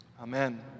Amen